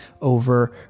over